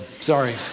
sorry